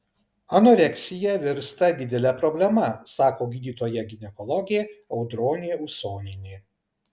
anoreksija virsta didele problema sako gydytoja ginekologė audronė usonienė